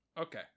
Okay